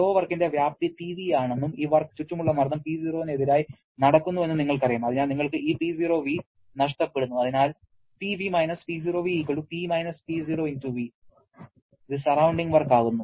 flow വർക്കിന്റെ വ്യാപ്തി Pv ആണെന്നും ഈ വർക്ക് ചുറ്റുമുള്ള മർദ്ദം P0 നെതിരായി നടക്കുന്നുവെന്നും നിങ്ങൾക്കറിയാം അതിനാൽ നിങ്ങൾക്ക് ഈ P0v നഷ്ടപ്പെടുന്നു അതിനാൽ Pv - P0v P - P0v ഇത് സറൌണ്ടിങ് വർക്ക് ആകുന്നു